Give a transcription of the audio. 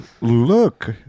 Look